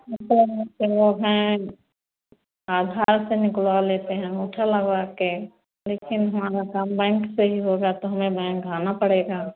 लोग हैं आधार से निकलवा लेते हैं अंगूठा लगवाकर लेकिन हमारा काम बैंक से ही होगा तो हमें बैंक आना पड़ेगा